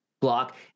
block